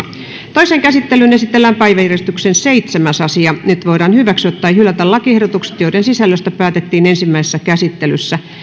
toiseen käsittelyyn esitellään päiväjärjestyksen seitsemäs asia nyt voidaan hyväksyä tai hylätä lakiehdotukset joiden sisällöstä päätettiin ensimmäisessä käsittelyssä